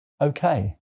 okay